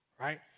right